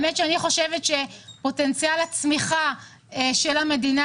אני חושבת שפוטנציאל הצמיחה של המדינה